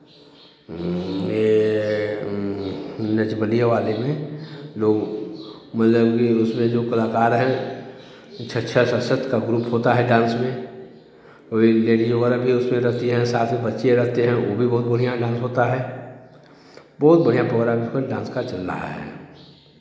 ये नच बलिए वाले में लोग मतलब कि उसमें जो कलाकार हैं छः छः सात सात का ग्रुप होता है डांस में और ये लेडीज़ वगैरह भी उसमें रहती हैं साथ में बच्चे रहते हैं वो भी बहुत बढ़ियाँ डांस होता है बहुत बढ़ियाँ प्रोग्राम उसमें डांस का चल रहा है